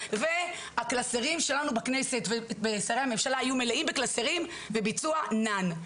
והקלסרים שלנו בכנסת ושל שרי הממשלה יהיו מלאים בקלסרים וביצוע נאן.